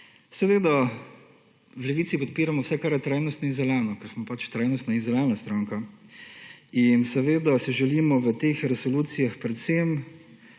Seveda v Levici podpiramo vse kar je trajnostno in zeleno, ker smo trajnostna in zelena stranka in seveda si želimo v teh resolucijah predvsem